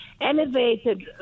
elevated